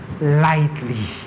lightly